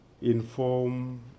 inform